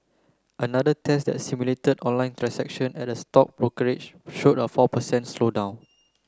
another test that simulated online transactions at a stock brokerage showed a four per cent slowdown